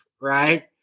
right